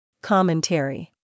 Commentary